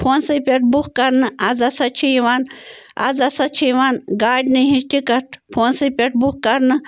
فونسٕے پٮ۪ٹھ بُک کرنہٕ آز ہسا چھِ یِوان آز ہسا چھِ یِوان گاڑِنی ہٕنٛز ٹِکَٹ فونسٕے پٮ۪ٹھ بُک کرنہٕ